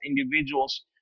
individuals